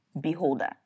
beholder